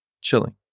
Chilling